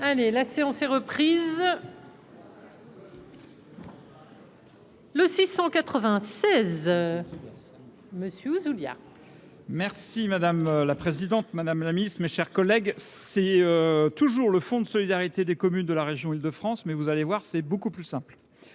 Allez, la séance est reprise. Le 696 monsieur Julia. Merci madame la présidente, Madame la Ministre, mes chers collègues, c'est toujours le fond de solidarité des communes de la région Île-de-France, mais vous allez voir, c'est beaucoup plus simple